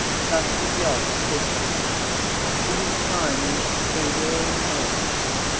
trusty john said to him it is time you should see your inheritance.